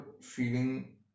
feeling